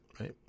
right